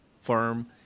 firm